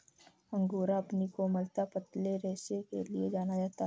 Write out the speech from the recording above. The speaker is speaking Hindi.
अंगोरा अपनी कोमलता, पतले रेशों के लिए जाना जाता है